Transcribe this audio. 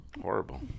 Horrible